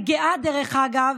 אני גאה, דרך אגב,